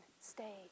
stay